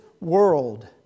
world